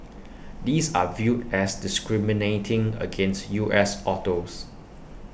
these are viewed as discriminating against U S autos